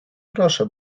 proszę